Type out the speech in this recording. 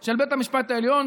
של בית המשפט העליון,